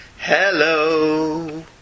Hello